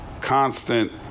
constant